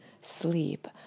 sleep